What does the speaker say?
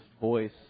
voice